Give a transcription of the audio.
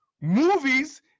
movies